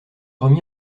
remis